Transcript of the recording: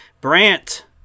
Brant